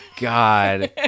God